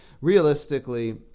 Realistically